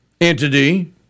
entity